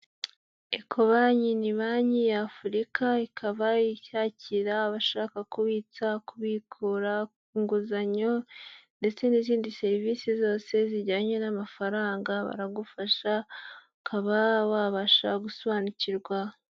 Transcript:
Eko banki ni banki ya Afurika, ikaba icyakira abashaka kubitsa, kubikura, ku nguzanyo ndetse n'izindi serivisi zose zijyanye n'amafaranga baragufasha, ukaba wabasha gusobanukirwa.